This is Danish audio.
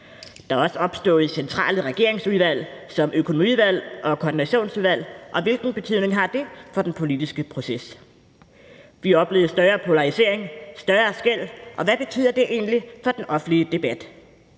Der er også opstået centrale regeringsudvalg som Økonomiudvalget og Koordinationsudvalget, og hvilken betydning har det for den politiske proces? Vi oplever større polarisering, større skel, og hvad betyder det egentlig for den offentlige debat?